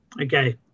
Okay